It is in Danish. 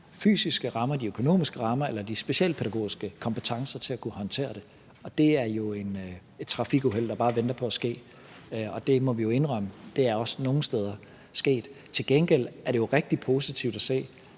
fysiske eller de økonomiske, eller de specialpædagogiske kompetencer til at kunne håndtere det. Det er jo et trafikuheld, der bare venter på at ske. Og det må vi jo indrømme også er sket nogle steder. Til gengæld er det jo rigtig positivt at se